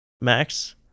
Max